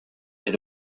est